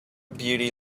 beauty